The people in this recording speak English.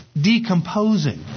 decomposing